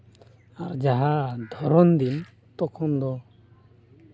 ᱟᱨ ᱡᱟᱦᱟᱸ ᱫᱷᱚᱨᱚᱱ ᱫᱤᱱ ᱛᱚᱠᱷᱚᱱ ᱫᱚ